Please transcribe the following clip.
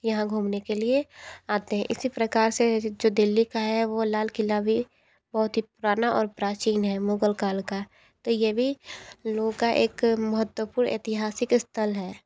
यहाँ घूमने के लिए आते हैं इसी प्रकार से जो दिल्ली का है वो लाल किला भी बहुत ही पुराना और प्राचीन है मुगल काल का तो ये भी लोगों का एक महत्वपूर्ण ऐतिहासिक स्थल है